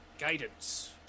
Guidance